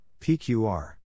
pqr